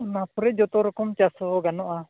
ᱚᱱᱟ ᱯᱚᱨᱮ ᱡᱚᱛᱚ ᱨᱚᱠᱚᱢ ᱪᱟᱥ ᱦᱚᱸ ᱜᱟᱱᱚᱜᱼᱟ